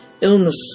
illness